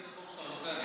איזה חוק שאתה רוצה,